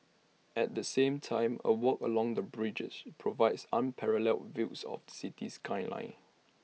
at the same time A walk along the bridges provides unparalleled views of city skyline